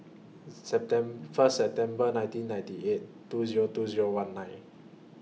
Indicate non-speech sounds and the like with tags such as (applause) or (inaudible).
(unintelligible) First September nineteen ninety eight two Zero two Zero one nine